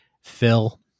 Phil